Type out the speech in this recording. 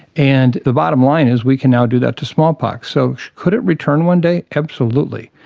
and the bottom line is we can now do that to smallpox. so could it return one day? absolutely.